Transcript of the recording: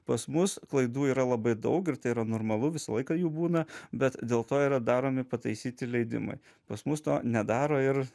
pas mus klaidų yra labai daug ir tai yra normalu visą laiką jų būna bet dėl to yra daromi pataisyti leidimai pas mus to nedaro ir